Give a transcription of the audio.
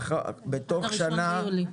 עד ה-1 ביולי.